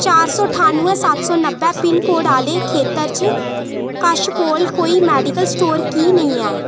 चार सौ ठानुऐ सत्त सौ नब्बै पिन्न कोड आह्ले खेतर च कश कोल कोई मैडिकल स्टोर की नेईं ऐ